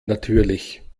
natürlich